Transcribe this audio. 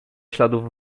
śladów